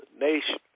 nation